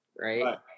right